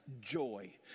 joy